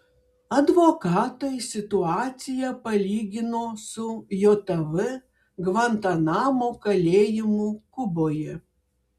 advokatai situaciją palygino su jav gvantanamo kalėjimu kuboje